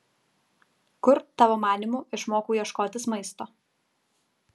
kur tavo manymu išmokau ieškotis maisto